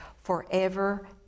forever